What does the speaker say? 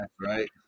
right